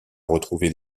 retrouvé